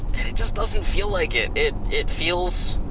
and it just doesn't feel like it. it it feels